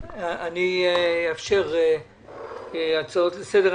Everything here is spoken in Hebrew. אני אאפשר הצעות לסדר,